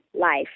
life